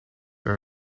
are